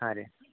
ಹಾಂ ರೀ